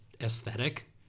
aesthetic